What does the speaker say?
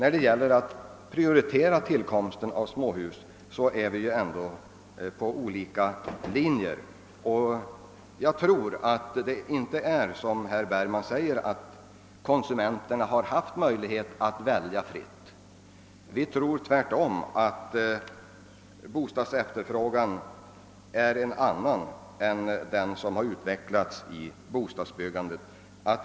När det gäller att prioritera tillkomsten av småhus går vi på olika linjer. Jag tror emellertid inte det är så som herr Bergman sade, att konsumenterna har haft möjlighet att välja fritt. Vi tror tvärtom att bo stadsefterfrågan är en annan än den som framgår av bostadsbyggandet.